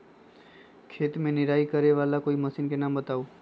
खेत मे निराई करे वाला कोई मशीन के नाम बताऊ?